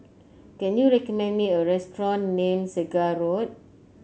can you recommend me a restaurant near Segar Road